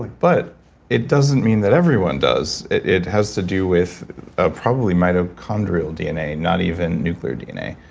like but it doesn't mean that everyone does it it has to do with ah probably mitochondrial dna, not even nuclear dna.